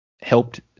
helped